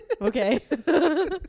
okay